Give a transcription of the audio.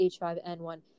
H5N1